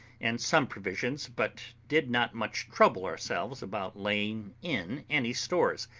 and some provisions, but did not much trouble ourselves about laying in any stores,